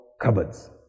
cupboards